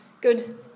good